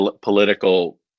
political